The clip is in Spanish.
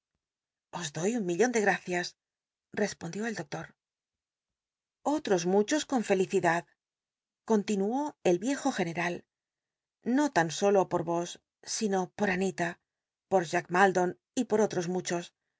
os doy un milion de gracias respondió el doctor olr'os muchos con felicidad continuó el viejo general no tan solo por yos sino por anita por jack laldon y por otros muchos